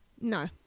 no